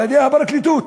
על-ידי הפרקליטות.